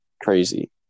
Crazy